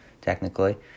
technically